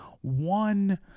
one